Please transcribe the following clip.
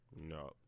No